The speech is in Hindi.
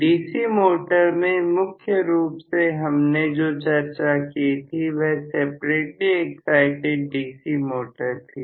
DC मोटर में मुख्य रूप से हमने जो चर्चा की थी वह सेपरेटली एक्साइटिड DC मोटर थी